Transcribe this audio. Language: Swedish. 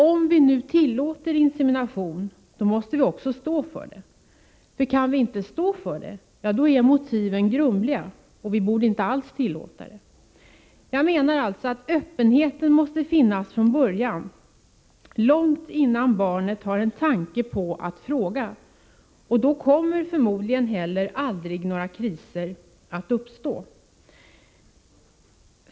Om vi nu tillåter insemination måste vi också stå för det. Kan vi inte stå för det, är motiven grumliga och vi borde inte alls tillåta det. Jag menar alltså att öppenheten måste finnas från början, långt innan barnet har en tanke på att fråga. Då kommer förmodligen heller aldrig några kriser att uppstå.